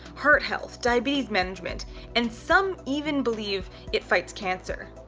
heart health, diabetes management and some even believe it fights cancer.